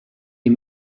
est